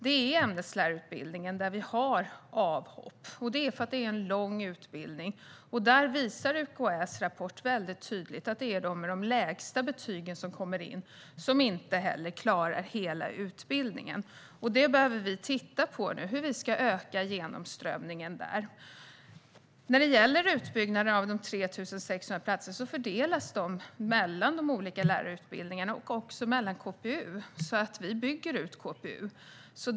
Det är från ämneslärarutbildningen vi har avhopp, och det är för att det är en lång utbildning. Där visar UKÄ:s rapport väldigt tydligt att det är de som har kommit in med de lägsta betygen som inte klarar hela utbildningen. Vi behöver nu titta på hur vi ska öka genomströmningen där. När det gäller utbyggnaden av de 3 600 platserna fördelas de mellan de olika lärarutbildningarna och även inom KPU:n. Vi bygger alltså ut KPU:n.